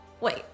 Wait